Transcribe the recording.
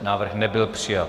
Návrh nebyl přijat.